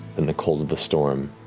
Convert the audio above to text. and the cold of the storm